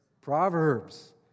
Proverbs